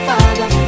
Father